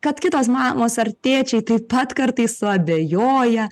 kad kitos mamos ar tėčiai taip pat kartais suabejoja